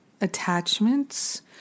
attachments